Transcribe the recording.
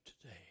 today